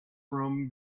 from